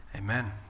Amen